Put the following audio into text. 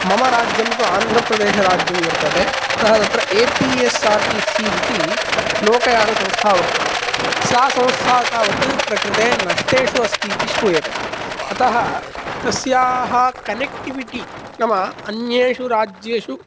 मम राज्यं तु आन्ध्रप्रदेशराज्यं वर्तते अतः तत्र A P S R T C इति लोकयानसंस्था वर्तते सा संस्था तावत् प्रकृते नष्टेषु अस्ति इति श्रूयते अतः तस्याः कनेक्टिविटी नाम अन्येषु राज्येषु